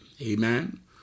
amen